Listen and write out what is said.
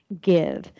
give